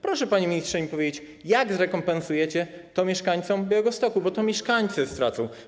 Proszę, panie ministrze, powiedzieć mi, jak zrekompensujecie to mieszkańcom Białegostoku - bo to mieszkańcy stracą.